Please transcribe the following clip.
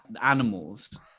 animals